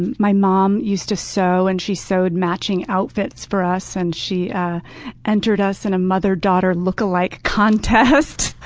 my mom used to sew, and she sewed matching outfits for us, and she entered us in a mother-daughter lookalike contest.